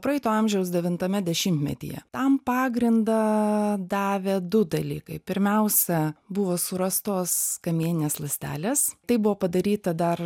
praeito amžiaus devintame dešimtmetyje tam pagrindą davė du dalykai pirmiausia buvo surastos kamieninės ląstelės tai buvo padaryta dar